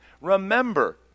remember